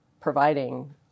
providing